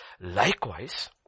likewise